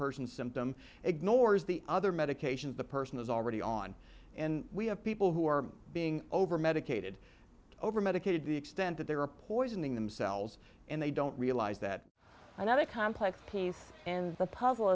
person symptom ignores the other medications the person is already on and we have people who are being overmedicated over medicated to the extent that they were poisoning themselves and they don't realize that another complex piece and the puzzle